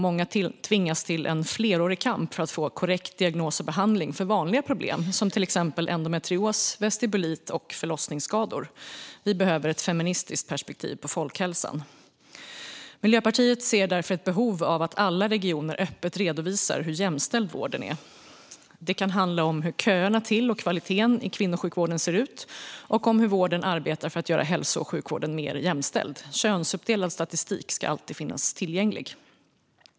Många tvingas till en flerårig kamp för att få korrekt diagnos och behandling för vanliga problem, till exempel endometrios, vestibulit och förlossningsskador. Vi behöver ett feministiskt perspektiv på folkhälsan. Miljöpartiet ser därför ett behov av att alla regioner öppet redovisar hur jämställd vården är. Det kan handla om hur köerna till och kvaliteten i kvinnosjukvården ser ut och om hur vården arbetar för att göra hälso och sjukvården mer jämställd. Könsuppdelad statistik ska alltid finnas tillgänglig.